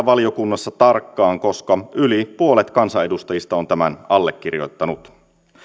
valiokunnassa tarkkaan koska yli puolet kansanedustajista on tämän allekirjoittanut